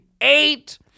Eight